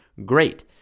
great